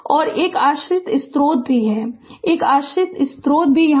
और एक आश्रित स्रोत भी है एक आश्रित स्रोत भी है यहाँ